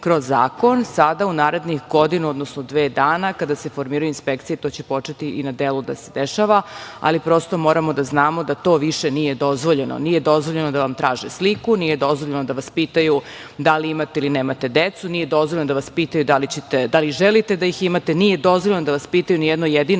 kroz zakon. Sada u narednih godinu, odnosno dve dana kada se formiraju inspekcije, to će početi i na delu da se dešava, ali prosto moramo da znamo da to više nije dozvoljeno. Nije dozvoljeno da vam traže sliku, nije dozvoljeno da vas pitaju da li imate ili nemate decu, nije dozvoljeno da vas pitaju da li želite da ih imate, nije dozvoljeno da vas pitaju ni jedno jedino